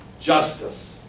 justice